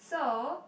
so